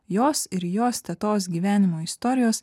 jos ir jos tetos gyvenimo istorijos